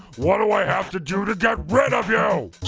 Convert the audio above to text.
what do i have to do to get rid of you? know